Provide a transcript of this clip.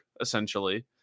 essentially